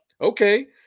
okay